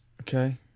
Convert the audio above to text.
Okay